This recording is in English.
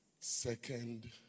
second